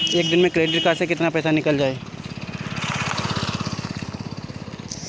एक दिन मे क्रेडिट कार्ड से कितना पैसा निकल जाई?